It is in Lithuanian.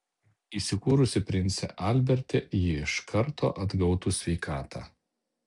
įsikūrusi prince alberte ji iš karto atgautų sveikatą